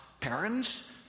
parents